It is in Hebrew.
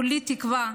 כולי תקווה,